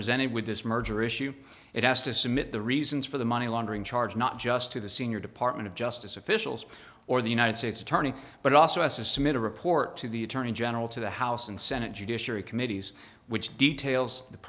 presented with this merger issue it has to submit the reasons for the money laundering charge not just to the senior department of justice officials or the united states attorney but also has to submit a report to the attorney general to the house and senate judiciary committees which details the